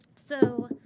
so.